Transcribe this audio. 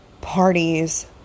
parties